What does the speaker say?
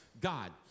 God